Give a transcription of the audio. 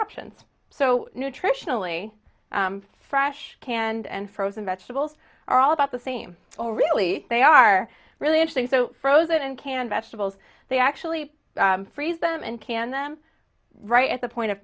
options so nutritionally fresh can and frozen vegetables are all about the same so really they are really interesting so frozen and canned vegetables they actually freeze them and canned them right at the point of